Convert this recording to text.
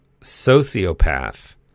sociopath